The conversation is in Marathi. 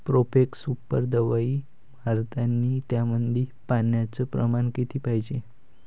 प्रोफेक्स सुपर दवाई मारतानी त्यामंदी पान्याचं प्रमाण किती पायजे?